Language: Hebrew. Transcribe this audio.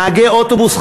נהגי אוטובוס,